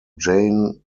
jane